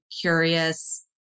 curious